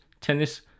tennis